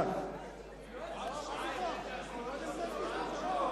הצבעה עכשיו, ודאי.